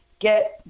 Get